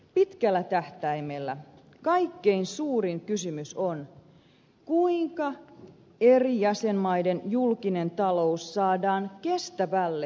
pitkällä tähtäimellä kaikkein suurin kysymys on kuinka eri jäsenmaiden julkinen talous saadaan kestävälle pohjalle